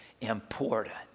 important